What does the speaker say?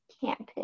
campus